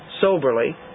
soberly